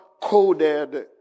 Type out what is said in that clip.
coded